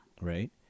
Right